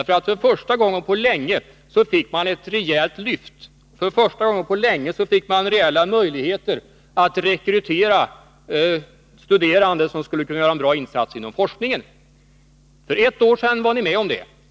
För första gången på länge fick man ett rejält lyft, för första gången på länge fick man rejäla möjligheter att rekrytera studerande som skulle kunna göra en bra insats inom forskningen.